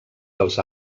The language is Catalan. dels